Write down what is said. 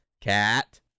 Cat